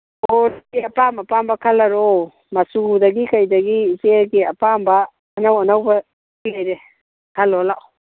ꯑꯣ ꯏꯆꯦ ꯑꯄꯥꯝ ꯑꯄꯥꯝꯕ ꯈꯜꯂꯔꯣ ꯃꯆꯨꯗꯒꯤ ꯀꯩꯗꯒꯤ ꯏꯆꯦꯒꯤ ꯑꯄꯥꯝꯕ ꯑꯅꯧ ꯑꯅꯧꯕ ꯂꯣꯏꯅ ꯂꯩꯔꯦ ꯈꯜꯂꯣ ꯂꯥꯛꯑꯣ